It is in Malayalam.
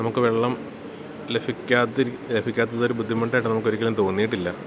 നമുക്ക് വെള്ളം ലഭിക്കാത്തിരി ലഭിക്കാത്ത ഒരു ബുദ്ധിമുട്ടായിട്ട് നമുക്ക് ഒരിക്കലും തോന്നിയിട്ടില്ല